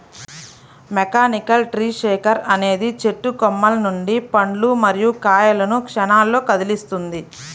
mechanical tree shaker అనేది చెట్టు కొమ్మల నుండి పండ్లు మరియు కాయలను క్షణాల్లో కదిలిస్తుంది